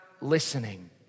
listening